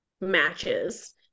matches